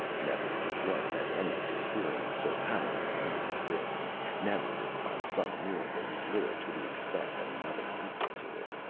never in his life had endlich experienced so harrowing a time as this never, if by some miracle he lived, could he expect another equal to it.